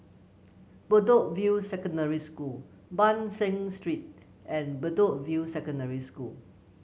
Bedok View Secondary School Ban San Street and Bedok View Secondary School